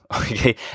okay